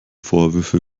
vorwürfe